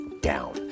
down